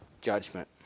judgment